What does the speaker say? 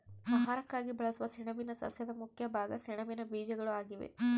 ಆಹಾರಕ್ಕಾಗಿ ಬಳಸುವ ಸೆಣಬಿನ ಸಸ್ಯದ ಮುಖ್ಯ ಭಾಗ ಸೆಣಬಿನ ಬೀಜಗಳು ಆಗಿವೆ